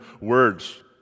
words